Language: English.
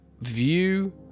View